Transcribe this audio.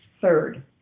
third